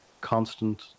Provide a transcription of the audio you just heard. constant